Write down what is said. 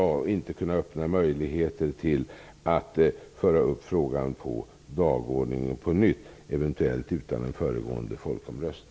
Ett nej skall inte kunna öppna möjligheter till att på nytt föra upp frågan på dagordningen.